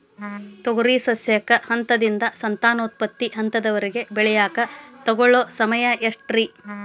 ತೊಗರಿ ಸಸ್ಯಕ ಹಂತದಿಂದ, ಸಂತಾನೋತ್ಪತ್ತಿ ಹಂತದವರೆಗ ಬೆಳೆಯಾಕ ತಗೊಳ್ಳೋ ಸಮಯ ಎಷ್ಟರೇ?